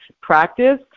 practice